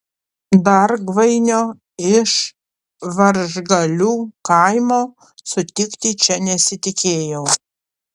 dargvainio iš varžgalių kaimo sutikti čia nesitikėjau